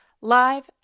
live